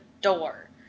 door